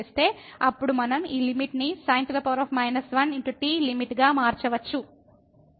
అప్పుడు మనం ఈ లిమిట్ ని sin 1 లిమిట్ గా మార్చవచ్చు